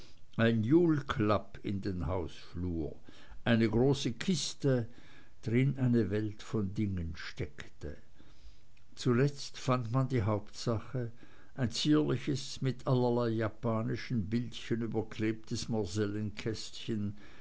ein julklapp in den hausflur eine große kiste drin eine welt von dingen steckte zuletzt fand man die hauptsache ein zierliches mit allerlei japanischen bildchen überklebtes